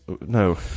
No